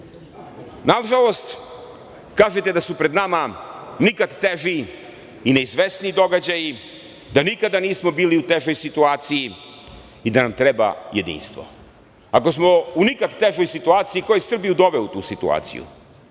Hilom. Nažalost, kažete da su pred nama nikada teži i neizvesniji događaji, da nikada nismo bili u težoj situaciji i da nam treba jedinstvo. Ako smo u nikada težoj situaciju, ko je Srbiju doveo u tu situaciju?